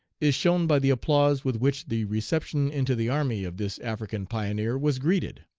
is shown by the applause with which the reception into the army of this african pioneer was greeted.